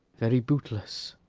very bootless.